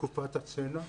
בתקופת הצנע,